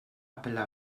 apple